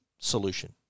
solution